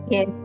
Yes